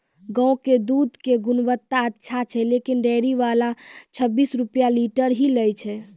गांव के दूध के गुणवत्ता अच्छा छै लेकिन डेयरी वाला छब्बीस रुपिया लीटर ही लेय छै?